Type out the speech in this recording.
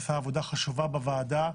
ועשה עבודה חשובה בוועדה.